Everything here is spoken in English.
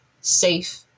safe